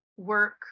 work